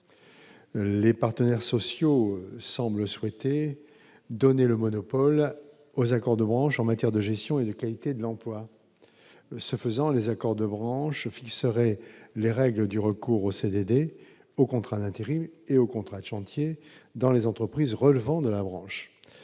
les partenaires sociaux semblent souhaiter donner le monopole aux accords de branche en matière de gestion et de qualité de l'emploi, ce faisant, les accords de branche fixerait les règles du recours aux CDD au contrat d'intérim et aux contrats chantiers dans les entreprises relevant de la branche